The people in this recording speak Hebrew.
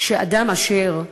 שאדם אשר נאשם,